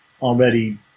already